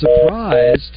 surprised